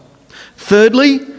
Thirdly